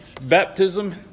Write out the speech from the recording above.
Baptism